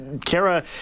Kara